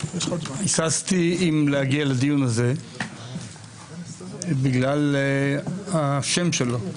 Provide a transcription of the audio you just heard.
היססתי אם להגיע לדיון הזה בגלל השם שלו.